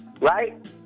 right